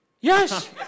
Yes